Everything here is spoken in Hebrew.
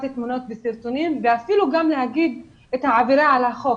תמונות וסרטונים ואפילו גם לומר מהי העבירה על החוק,